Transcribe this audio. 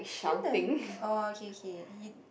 then the oh okay okay you